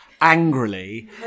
angrily